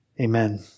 Amen